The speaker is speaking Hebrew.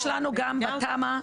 אני מבינה אותה.